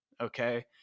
okay